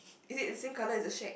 is it the same color as the shack